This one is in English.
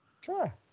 Sure